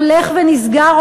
הולך ונסגר,